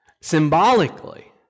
symbolically